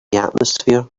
atmosphere